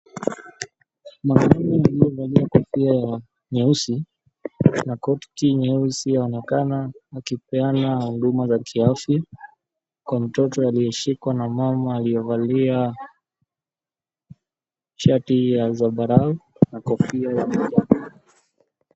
Mwanaume aliyevalia koti nyeusi na koti anaonekana akipeana huduma ya kiafya kwa mtoto aliyeshikwa na mama aliyevalia shati ya zambarau na kofia ya manjano.